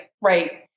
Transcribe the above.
right